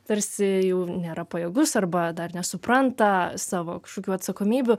tarsi jau nėra pajėgus arba dar nesupranta savo kažkokių atsakomybių